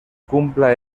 cumpla